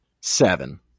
Seven